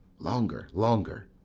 longer, longer.